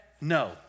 no